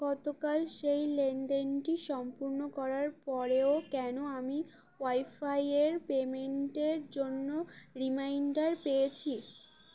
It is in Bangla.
কতকাল সেই লেনদেনটি সম্পূর্ণ করার পরেও কেন আমি ওয়াইফাইয়ের পেমেন্টের জন্য রিমাইন্ডার পেয়েছি